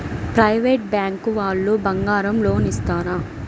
Private bank వాళ్ళు బంగారం loan ఇస్తారా?